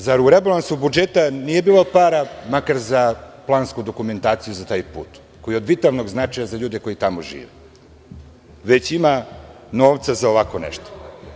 Zar u rebalansu budžeta nije bilo para makar za plansku dokumentaciju za taj put, koji je od vitalnog značaja za ljude koji tamo žive, već ima novca za ovako nešto.